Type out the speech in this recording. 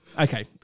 Okay